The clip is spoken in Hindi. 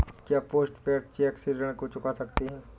क्या पोस्ट पेड चेक से ऋण को चुका सकते हैं?